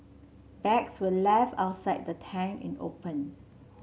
bags were left outside the tent in open